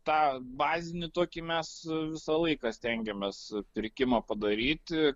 tą bazinį tokį mes visą laiką stengiamės pirkimą padaryti